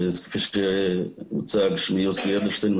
אז כפי שהוצג שמי יוסי אדלשטיין,